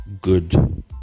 good